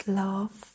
love